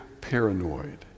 paranoid